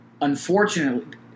unfortunately